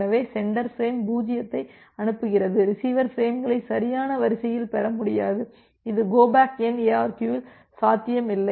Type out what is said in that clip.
எனவே sender frame 0 ஐ அனுப்புகிறது ரிசீவர் பிரேம்களை சரியான வரிசையில் பெற முடியாது இது கோ பேக் என் எஆர்கியு இல் சாத்தியம் இல்லை